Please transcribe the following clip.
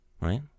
right